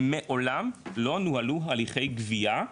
מעולם לא נוהלו הליכי גבייה,